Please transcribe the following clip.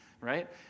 right